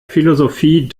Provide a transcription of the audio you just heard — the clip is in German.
philosophie